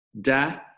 da